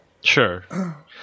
Sure